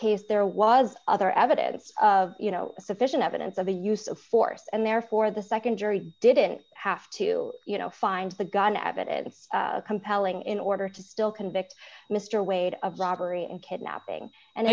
case there was other evidence of you know sufficient evidence of the use of force and therefore the nd jury didn't have to you know find the gun evidence compelling in order to still convict mr wade of robbery and kidnapping and